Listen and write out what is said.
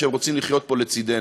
שהם רוצים לחיות פה לצדנו.